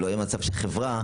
שלא יהיה מצב שחברה,